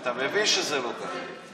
אתה מבין שזה לא ככה.